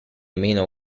meno